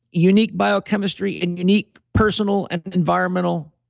unique biochemistry, and unique personal, and environmental,